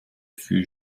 fût